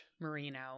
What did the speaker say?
merino